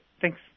thanks